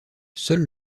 seul